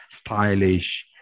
stylish